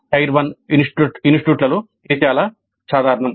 tyre 1 ఇన్స్టిట్యూట్లలో ఇది చాలా సాధారణం